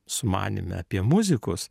sumanyme apie muzikus